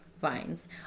vines